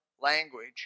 language